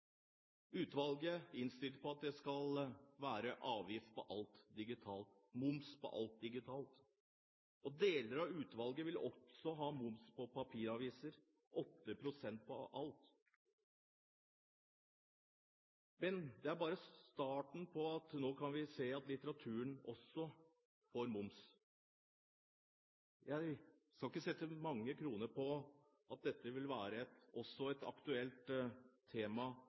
Utvalget har innstilt på at det skal være moms på alt som er digitalt. Deler av utvalget vil også ha moms på papiraviser – 8 pst. på alt. Men det er bare starten på at det også vil bli moms på litteraturen. Jeg skal ikke sette mange kroner på at dette også vil være et aktuelt tema